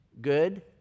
good